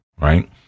right